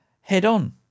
head-on